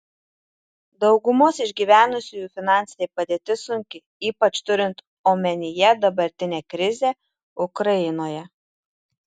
daugumos išgyvenusiųjų finansinė padėtis sunki ypač turint omenyje dabartinę krizę ukrainoje